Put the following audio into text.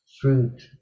fruit